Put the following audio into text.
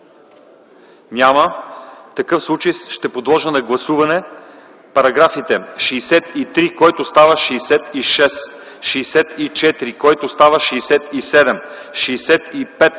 Няма. Ще подложа на гласуване параграфите: 63, който става 66; 64, който става 67; 65,